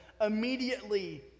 immediately